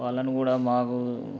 వాళ్ళను కూడా మాకు